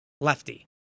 lefty